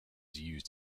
used